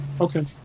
Okay